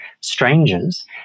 strangers